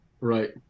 Right